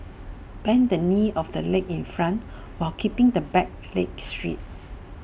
bend the knee of the leg in front while keeping the back leg straight